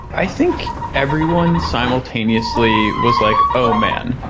i think everyone simultaneously was like, oh man!